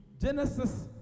Genesis